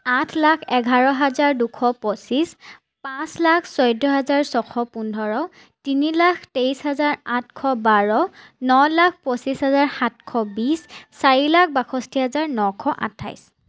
আঠ লাখ এঘাৰ হাজাৰ দুশ পঁচিছ পাঁচ লাখ চৈধ্য হাজাৰ ছশ পোন্ধৰ তিনি লাখ তেইছ হাজাৰ আঠশ বাৰ ন লাখ পঁচিছ হাজাৰ সাতশ বিছ চাৰি লাখ বাষষ্ঠি হাজাৰ নশ আঠাইছ